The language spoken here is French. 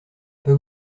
pas